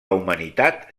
humanitat